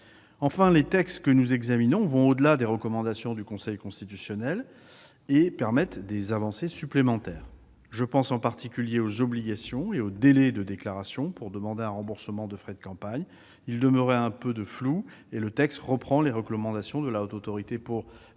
Ensuite, les textes que nous examinons vont au-delà des recommandations du Conseil constitutionnel et permettent des avancées supplémentaires. Je pense en particulier aux obligations et aux délais de déclaration pour demander un remboursement des frais de campagne. Tout cela demeurait un peu flou, et les recommandations de la Haute Autorité pour la